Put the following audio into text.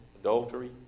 adultery